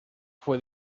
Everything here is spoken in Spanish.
fue